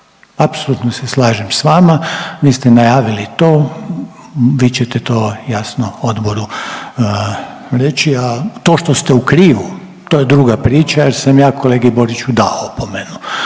Apsolutno se slažem s vama. Vi ste najavili to, vi ćete to, jasno, odboru reći, a to što ste u krivu, to je druga priča jer sam ja kolegi Boriću dao opomenu.